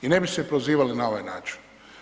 I ne bi se prozivali na ovaj način.